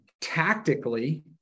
tactically